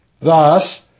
Thus